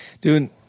Dude